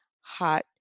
hot